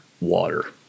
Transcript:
water